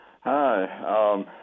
Hi